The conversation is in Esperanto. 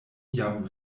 jam